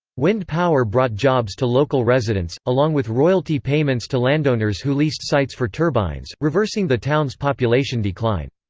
wind power brought jobs to local residents, along with royalty payments to landowners who leased sites for turbines, reversing the town's population decline.